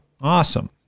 Awesome